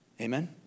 Amen